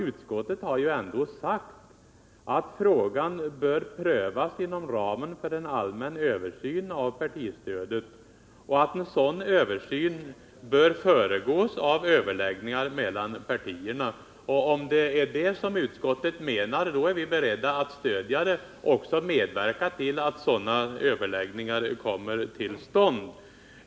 Utskottet har ju ändå sagt att frågan bör prövas inom ramen för en allmän översyn av partistödet och att en sådan översyn bör föregås av överläggningar mellan partierna. Om det är detta som utskottet menar, då är vi beredda att stödja det och medverka till att sådana överläggningar kommer till stånd.